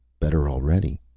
better already.